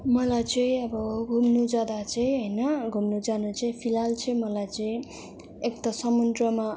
मलाई चाहिँ अब घुम्नु जाँदा चाहिँ होइन घुम्नु जानु चाहिँ फिलहाल चाहिँ मलाई चाहिँ एक त समुन्द्रमा